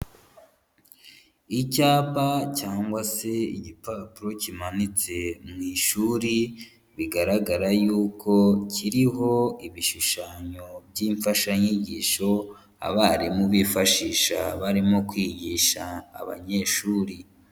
Icyapa cyangwa se igipapuro kimanitse mu ishuri bigaragara yuko kiriho ibishushanyo by'imfashanyigisho abarimu bifashisha barimo kwigisha abanyeshuri.